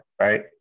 right